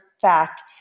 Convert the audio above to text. fact